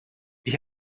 ich